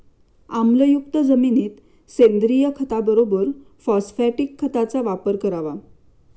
आम्लयुक्त जमिनीत सेंद्रिय खताबरोबर फॉस्फॅटिक खताचा वापर करावा